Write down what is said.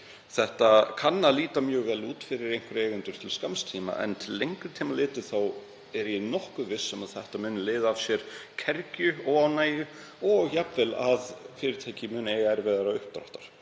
Það kann að líta mjög vel út fyrir einhverja eigendur til skamms tíma en til lengri tíma litið er ég nokkuð viss um að þetta muni leiða af sér kergju, óánægju og jafnvel að fyrirtæki muni eiga erfiðara uppdráttar.